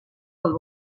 del